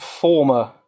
former